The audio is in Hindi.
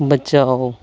बचाओ